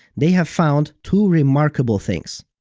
they have found two remarkable things.